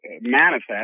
manifest